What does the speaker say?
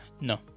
No